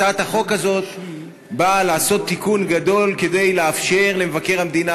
הצעת החוק הזאת באה לעשות תיקון גדול כדי לאפשר למבקר המדינה